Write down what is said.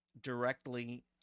directly